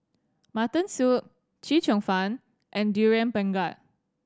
mutton soup Chee Cheong Fun and Durian Pengat